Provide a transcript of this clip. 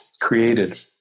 created